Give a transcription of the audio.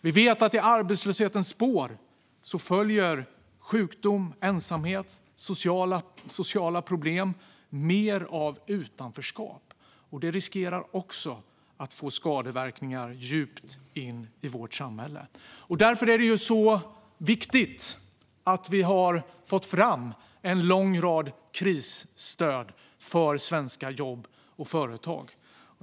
Vi vet att i arbetslöshetens spår följer sjukdom, ensamhet, sociala problem och mer av utanförskap. Det riskerar att få skadeverkningar djupt i vårt samhälle. Därför är det viktigt att vi har fått fram en lång rad krisstöd för svenska jobb och företag.